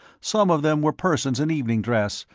some of them were persons in evening dress,